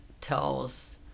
tells